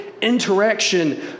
interaction